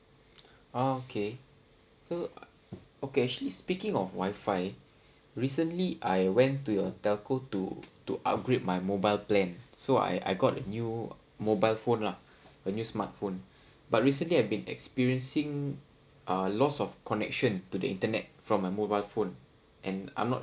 ah okay so okay actually speaking of wifi recently I went to your telco to to upgrade my mobile plan so I I got a new mobile phone {lah] when use smart phone but recently I've been experiencing uh lost of connection to the internet from my mobile phone and I'm not